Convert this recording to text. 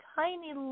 tiny